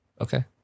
Okay